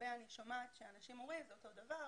אני שומעת שהרבה אנשים אומרים שזה אותו דבר.